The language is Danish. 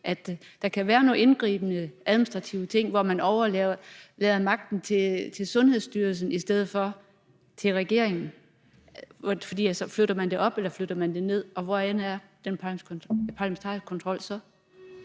at der kan være nogle indgribende administrative ting, hvor man overlader magten til Sundhedsstyrelsen i stedet for til regeringen. Altså, flytter man det op, eller flytter man det ned, og hvorhenne er den parlamentariske kontrol så?